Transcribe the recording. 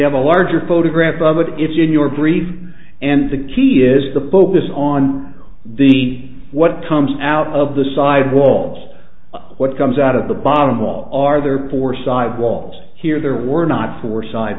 have a larger photograph of it it's in your brief and the key is the focus on the what comes out of the side walls what comes out of the bottom all are there for side walls here there were not for side